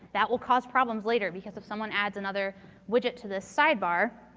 that will cause problems later because if someone adds another widget to the side bar,